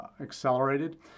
accelerated